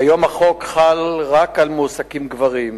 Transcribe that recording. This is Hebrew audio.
כיום החוק חל רק על מועסקים גברים,